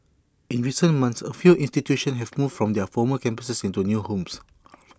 in recent months A few institutions have moved from their former campuses into new homes